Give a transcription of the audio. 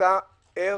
ער